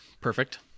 Perfect